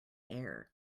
air